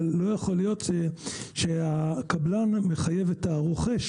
אבל לא יכול להיות שהקבלן מחייב את הרוכש